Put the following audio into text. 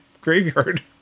Graveyard